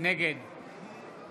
נגד